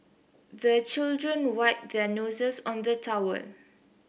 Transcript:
the children wipe their noses on the towel